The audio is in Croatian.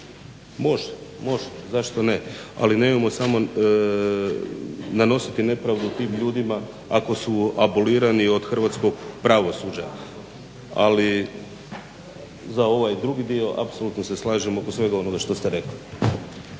može, zašto ne. Ali nemojmo samo nanositi nepravdu tim ljudima ako su abolirani od hrvatskog pravosuđa. Ali za ovaj drugi dio apsolutno se slažem oko svega onoga što ste rekli.